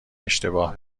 اشتباه